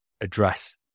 address